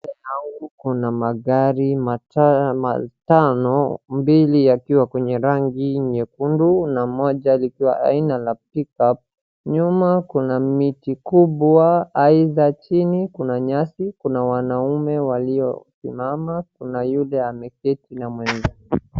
Mbele yangu kuna magari matano, mbiili yakiwa ya rangi nyekundu na moja likiwa aina ya pickup . Nyuma kuna miti kubwa, chini kuna nyasi, na kuna wanaume waliosimama, kuna yule ameketi na mwezake.